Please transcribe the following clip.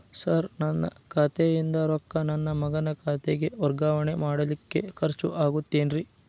Sir ನನ್ನ ಖಾತೆಯಿಂದ ರೊಕ್ಕ ನನ್ನ ಮಗನ ಖಾತೆಗೆ ವರ್ಗಾವಣೆ ಮಾಡಲಿಕ್ಕೆ ಖರ್ಚ್ ಆಗುತ್ತೇನ್ರಿ?